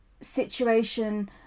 situation